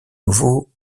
nouveaux